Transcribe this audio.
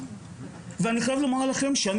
אני חייב לומר לכם,